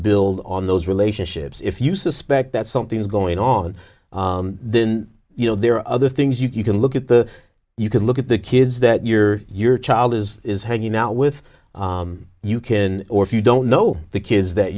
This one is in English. build on those relationships if you suspect that something is going on then you know there are other things you can look at the you could look at the kids that you're your child is is hanging out with you kin or if you don't know the kids